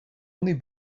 only